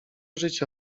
życie